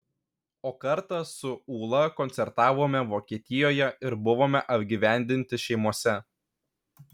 o kartą su ūla koncertavome vokietijoje ir buvome apgyvendinti šeimose